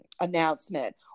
announcement